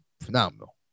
phenomenal